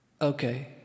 Okay